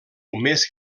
més